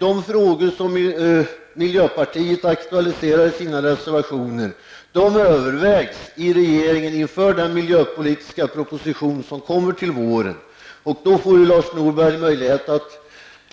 De frågor som miljöpartiet aktualiserar i sina reservationer övervägs i regeringen inför den miljöpolitiska proposition som kommer till våren. Då får Lars Norberg möjlighet att